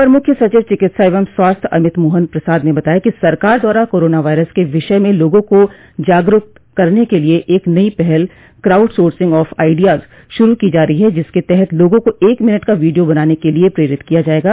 अपर मुख्य सचिव चिकित्सा एवं स्वास्थ्य अमित मोहन प्रसाद ने बताया कि सरकार द्वारा कोरोना वायरस के विषय में लोगों को जागरूक करने के लिये एक नई पहल क्राउडसोर्सिंग ऑफ आयडियाज शुरू की जा रही है जिसके तहत लोगों को एक मिनट का वीडियो बनाने क लिये प्रेरित किया जायेगा